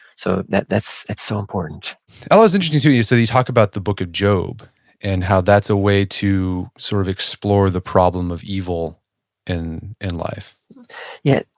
so that's that's so important i was interested, too, you said you talk about the book of job and how that's a way to sort of explore the problem of evil in in life yeah.